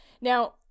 now